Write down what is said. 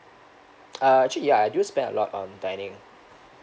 uh actually ya I do spend a lot on dining